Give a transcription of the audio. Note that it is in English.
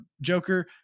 Joker